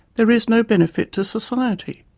there is no benefit to society.